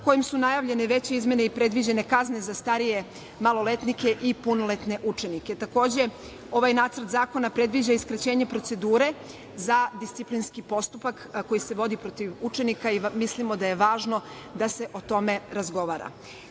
kojim su najavljene predviđene kazne za starije maloletnike i punoletne učenike. Takođe, ovaj nacrt predviđa i skraćenje procedure za disciplinski postupak koji se vodi protiv učenika. Mislimo da je važno da se o tome razgovara. Smatramo